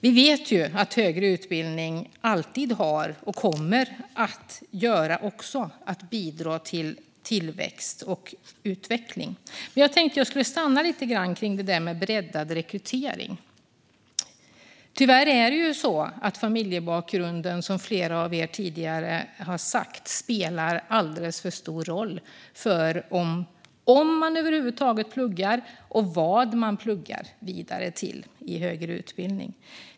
Vi vet att högre utbildning alltid har bidragit till tillväxt och utveckling och alltid kommer att göra det. Jag tänkte uppehålla mig lite vid detta med breddad rekrytering. Som flera talare tidigare har sagt är det ju tyvärr så att familjebakgrunden spelar en alldeles för stor roll för om man över huvud taget pluggar och vad man pluggar vidare till i högre utbildning.